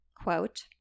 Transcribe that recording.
quote